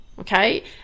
Okay